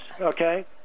okay